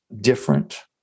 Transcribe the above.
different